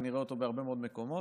ונראה אותו בהרבה מאוד מקומות.